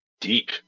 Deep